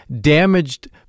damaged